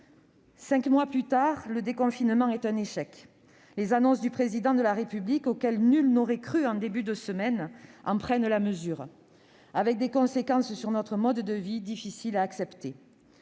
Cinq mois plus tard, le déconfinement est un échec. Les annonces du Président de la République, auxquelles nul n'aurait cru en début de semaine, en prennent la mesure, avec des conséquences sur notre mode de vie difficiles à accepter.